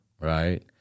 right